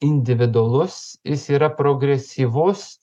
individualus jis yra progresyvus